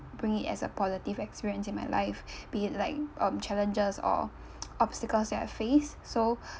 bring it as a positive experience in my life be it like um challenges or obstacles that I face so